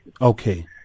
Okay